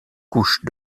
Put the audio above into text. couche